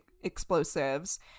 explosives